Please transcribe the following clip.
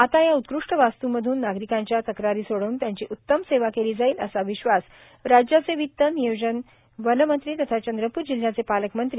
आता या उत्कृष्ट वास्तू मधून नागरिकांच्या तक्रारी सोडवून त्यांची उतम सेवा केली जाईल असा विश्वास राज्याचे वित्त नियोजन वनेमंत्री तथा चंद्रपूर जिल्ह्याचे पालकमंत्री ना